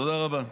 תודה רבה.